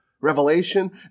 revelation